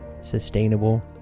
sustainable